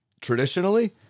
traditionally